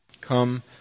Come